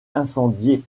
incendiée